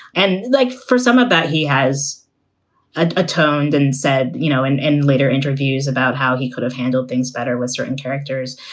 and like for some of that, he has ah atoned and said, you know, in in later interviews about how he could have handled things better with certain characters.